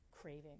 craving